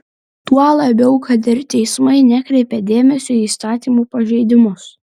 tuo labiau kad ir teismai nekreipia dėmesio į įstatymų pažeidimus